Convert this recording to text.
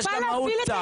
יש גם קצת מהות.